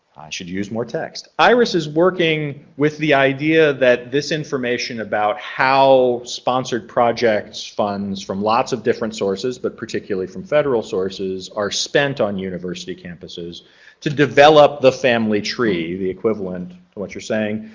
should use more text. iris is working with the idea that this information about how sponsored projects funds from lots of different sources but particularly from federal sources are spent on university campuses to develop the family tree, the equivalent what you're saying,